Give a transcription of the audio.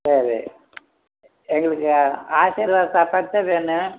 சரி எங்களுக்கு ஆசிர்வாத் சப்பாத்தி தான் வேணும்